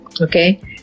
Okay